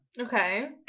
Okay